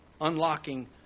unlocking